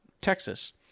Texas